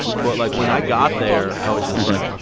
but like, when i got there, i was just like,